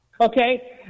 Okay